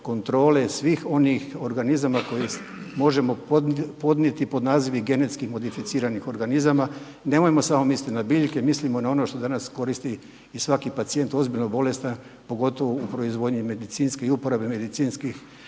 kontrole svih onih organizama koje možemo podnijeti pod nazivom genetski modificiranih organizama. Nemojmo samo misliti na biljke, mislimo na ono što danas koristi pacijent ozbiljno bolestan, pogotovo u proizvodnji medicinskih i uporabi medicinskih